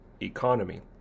economy